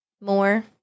more